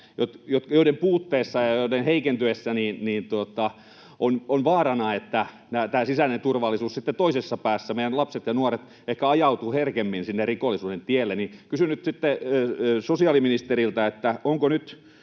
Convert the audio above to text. joiden puutteessa ja joiden heikentyessä on vaarana, että sisäisen turvallisuuden toisessa päässä meidän lapset ja nuoret ehkä ajautuvat herkemmin sinne rikollisuuden tielle. Kysyn nyt sosiaaliministeriltä: onko